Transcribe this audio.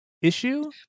issue